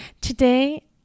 today